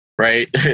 right